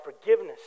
forgiveness